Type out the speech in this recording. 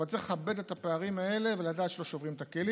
אבל צריך לכבד את הפערים האלה ולדעת שלא שוברים את הכלים.